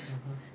mmhmm